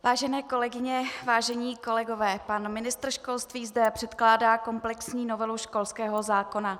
Vážené kolegyně, vážení kolegové, pan ministr školství zde předkládá komplexní novelu školského zákona.